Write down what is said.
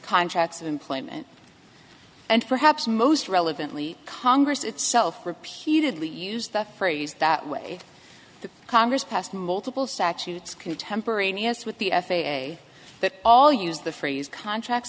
contracts of employment and perhaps most relevantly congress itself repeatedly used the phrase that way the congress passed multiple statutes contemporaneous with the f a a that all use the phrase contracts